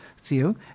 Theo